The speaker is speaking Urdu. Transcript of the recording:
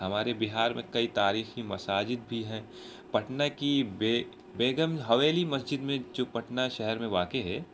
ہمارے بہار میں کئی تاریخی مساجد بھی ہیں پٹنہ کی بے بیگم حویلی مسجد میں جو پٹنہ شہر میں واقع ہے